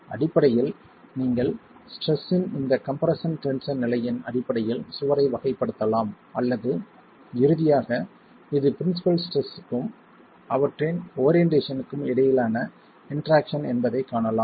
அடிப்படையில் நீங்கள் ஸ்ட்ரெஸ்ஸின் இந்த கம்ப்ரெஸ்ஸன் டென்ஷன் நிலையின் அடிப்படையில் சுவரை வகைப்படுத்தலாம் அல்லது இறுதியாக இது பிரின்ஸிபல் ஸ்ட்ரெஸ்ஸஸ்க்கும் அவற்றின் ஓரியென்ட்டேஷன்க்கும் இடையிலான இன்டெர்ராக்ஸன் என்பதைக் காணலாம்